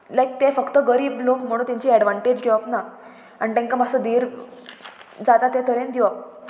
लायक ते फक्त गरीब लोक म्हणून तेंची एडवान्टेज घेवप ना आनी तांकां मातसो धीर जाता ते तरेन दिवप